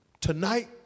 Tonight